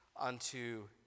unto